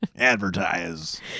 advertise